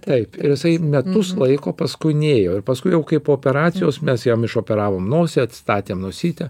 taip ir jisai metus laiko paskui nėjo ir paskui jau kai po operacijos mes jam išoperavom nosį atstatėm nosytę